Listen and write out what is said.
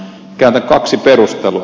käytän kaksi perustelua